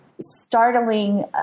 startling